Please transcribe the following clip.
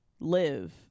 live